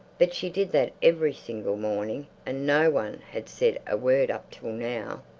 but she did that every single morning, and no one had said a word up till now.